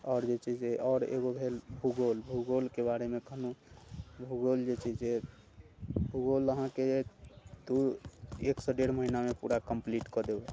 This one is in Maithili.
आओर जे छै से आओर एगो भेल भूगोल भूगोलके बारेमे कहलहुँ भूगोल जे छै से भूगोल अहाँके जे दू एकसँ डेढ़ महिनामे पूरा कम्पलीट कऽ देब